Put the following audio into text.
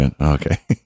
okay